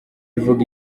ivuga